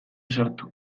sartu